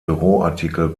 büroartikel